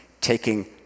taking